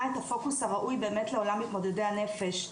את הפוקוס הראוי לעולם מתמודדי הנפש.